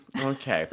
Okay